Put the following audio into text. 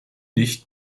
nicht